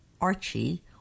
Archie